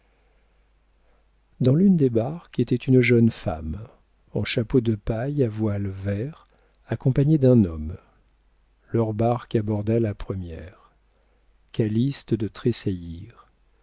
dans l'une des barques était une jeune femme en chapeau de paille à voile vert accompagnée d'un homme leur barque aborda la première calyste de tressaillir